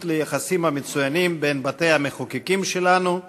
ליחסים המצוינים בין בתי-המחוקקים שלנו,